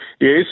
Yes